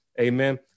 Amen